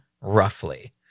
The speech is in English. Roughly